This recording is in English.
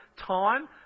time